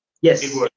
Yes